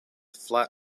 flat